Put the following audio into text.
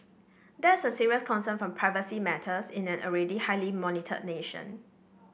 that's a serious concern for privacy matters in an already highly monitored nation